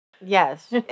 Yes